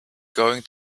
going